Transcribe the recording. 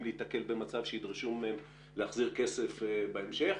להיתקל במצב שידרשו מהם להחזיר כסף בהמשך,